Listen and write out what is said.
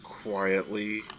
Quietly